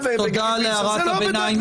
תודה על הערת הביניים.